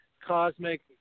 cosmic